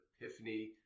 epiphany